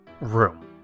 room